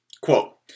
Quote